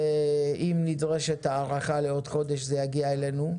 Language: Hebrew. ואם נדרשת הארכה לעוד חודש, זה יגיע אלינו,